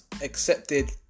accepted